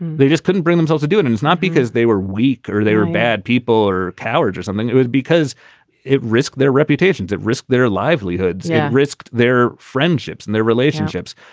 they just couldn't bring themselves to do it. and it's not because they were weak or they were bad people or cowards or something. it was because it risk their reputations at risk. their livelihoods risked, their friendships and their relationships.